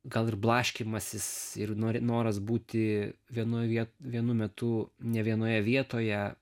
gal ir blaškymasis ir nori noras būti vienoj vietoj vienu metu ne vienoje vietoje